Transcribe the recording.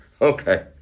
Okay